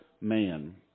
man